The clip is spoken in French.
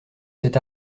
c’est